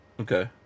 Okay